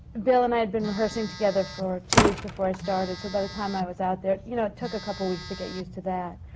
bill and i had been rehearsing together for two weeks before i started. so by the time i was out there, you know, it took a couple of weeks to get used to that.